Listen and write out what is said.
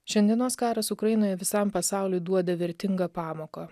šiandienos karas ukrainoje visam pasauliui duoda vertingą pamoką